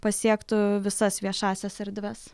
pasiektų visas viešąsias erdves